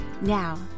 Now